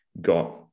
got